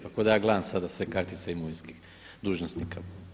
Pa ko da ja gledam sada sve kartice imovinske dužnosnika.